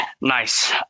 Nice